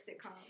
sitcom